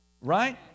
Right